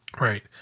Right